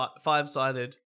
five-sided